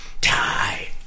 Die